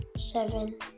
seven